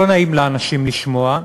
לא נעים לאנשים לשמוע,